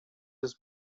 his